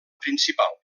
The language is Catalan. principal